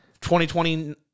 2020